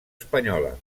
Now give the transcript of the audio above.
espanyola